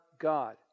God